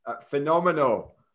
phenomenal